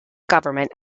government